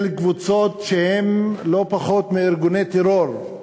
של קבוצות שהן לא פחות מארגוני טרור,